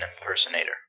impersonator